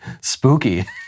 Spooky